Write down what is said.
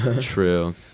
true